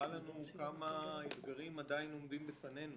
שמראה לנו כמה אתגרים עדיין עומדים בפנינו